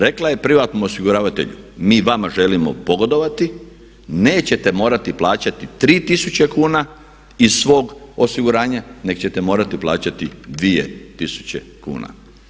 Rekla je privatnom osiguravatelju mi vama želimo pogodovati, nećete morati plaćati 3 tisuće kuna iz svog osiguranja nego ćete morati plaćati 2 tisuće kuna.